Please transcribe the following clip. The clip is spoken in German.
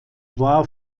war